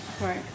Right